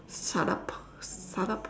shut up shut up